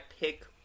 pick